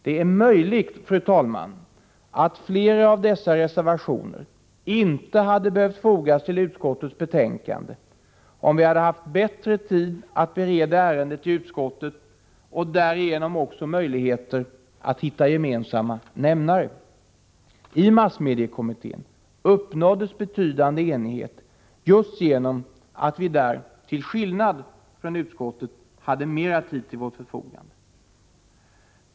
Det är möjligt, fru talman, att flera av dessa reservationer inte hade behövt fogas till utskottets betänkande, om vi hade haft bättre tid att bereda ärendet i utskottet och därigenom också möjligheter att hitta gemensamma nämnare. I massmediekommittén uppnåddes betydande enighet, just genom att vi där, till skillnad från i utskottet, hade mera tid till vårt förfogande.